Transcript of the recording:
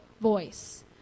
voice